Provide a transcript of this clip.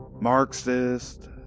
Marxist